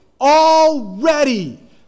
already